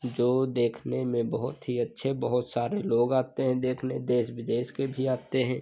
जो देखने में बहुत ही अच्छे बहुत सारे लोग आते हैं देखने देश विदेश के भी आते हैं